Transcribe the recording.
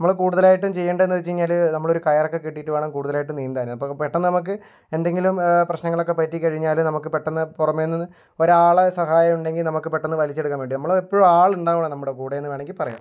നമ്മൾ കൂടുതലായും ചെയ്യേണ്ടേന്ന് വെച്ച് കഴിഞ്ഞാൽ നമ്മളൊരു കയറൊക്കെ കെട്ടീട്ട് വേണം കൂടുതലായിട്ടും നീന്താൻ അപ്പോൾ പെട്ടെന്ന് നമ്മൾക്ക് എന്തെങ്കിലും പ്രശ്നങ്ങളൊക്കെ പറ്റി കഴിഞ്ഞാൽ നമ്മൾക്ക് പെട്ടെന്ന് പുറമേന്ന് ഒരാളുടെ സഹായം ഉണ്ടെങ്കിൽ നമ്മൾക്ക് പെട്ടെന്ന് വലിച്ച് എടുക്കാൻ പറ്റും നമ്മൾ എപ്പോഴും ആളുണ്ടാവണം നമ്മുടെ കൂടെ എന്ന് വേണമെങ്കിൽ പറയാം